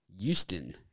Houston